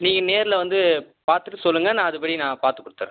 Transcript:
நீங்கள் நேரில் வந்து பார்த்துட்டு சொல்லுங்கள் நான் அதுபடி நான் பார்த்து கொடுத்துட்றேன்